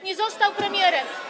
Nie został premierem.